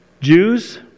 Jews